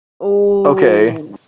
Okay